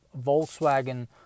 Volkswagen